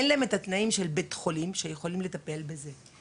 אין להם התנאים של בית חולים שיכולים לטפל בזה שם.